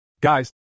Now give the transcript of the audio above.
Guys